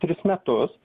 tris metus